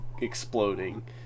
exploding